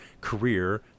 career